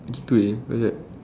G two A what's that